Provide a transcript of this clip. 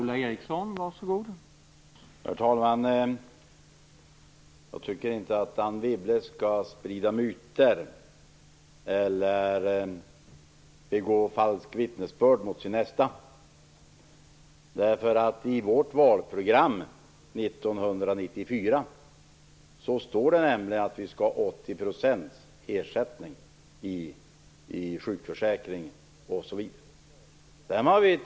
Herr talman! Jag tycker inte att Anne Wibble skall sprida myter eller begå falsk vittnesbörd mot sin nästa. I Centerpartiets valprogram 1994 står det nämligen att ersättningen i sjukförsäkringen skall vara 80 % osv.